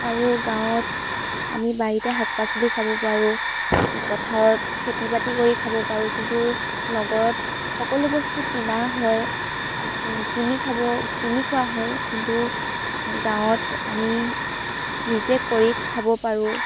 আৰু গাঁৱত আমি বাৰীতে শাক পাচলি খাব পাৰোঁ পথাৰত খেতি বাতি কৰি খাব পাৰোঁ কিন্তু নগৰত সকলো বস্তু কিনা হয় কিনি খাব কিনি খোৱা হয় কিন্তু গাঁৱত আমি নিজে কৰি খাব পাৰোঁ